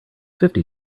fifty